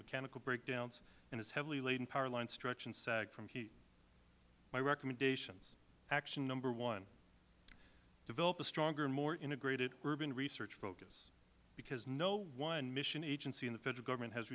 mechanical breakdowns and its heavily laden power lines stretch and sag from heat my recommendations action number one develop a stronger and more integrated urban research focus because no one mission agency in the federal government has